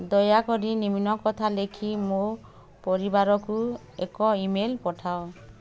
ଦୟାକରି ନିମ୍ନ କଥା ଲେଖି ମୋ ପରିବାରକୁ ଏକ ଇମେଲ୍ ପଠାଅ